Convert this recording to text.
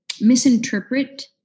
misinterpret